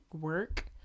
work